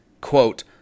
quote